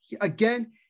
Again